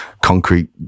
concrete